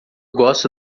gosto